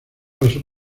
paso